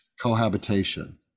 cohabitation